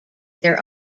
their